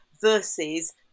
versus